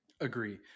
Agree